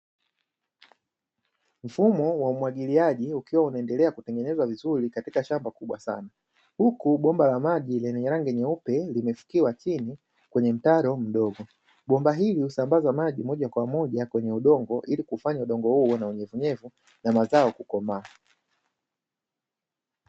Mfumo wa umwagiliaji ukiwa unaendelea kutengenezwa vizuri katika shamba kubwa sana, huku bomba la maji lenye rangi nyeupe limefukiwa chini kwenye mtaro mdogo, bomba hili husambaza maji moja kwa moja kwenye udongo ili kufanya udongo huu uwe na unyevunyevu na mazao kukomaa.